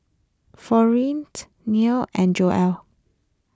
Florine's Neil and Joel